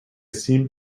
seem